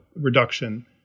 reduction